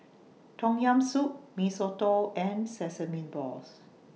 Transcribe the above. Tom Yam Soup Mee Soto and Sesame Balls